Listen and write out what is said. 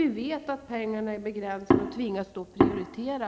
Vi vet att pengarna är begränsade, och då tvingas vi prioritera.